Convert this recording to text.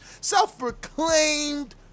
self-proclaimed